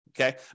Okay